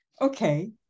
okay